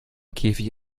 käfig